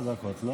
ארבע דקות, לא?